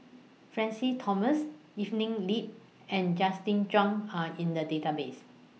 Francis Thomas Evelyn Lip and Justin Zhuang Are in The Database